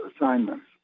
assignments